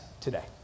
today